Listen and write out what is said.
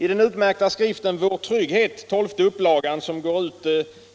I den utmärkta skriften ”Vår trygghet”, 12:e upplagan, som går ut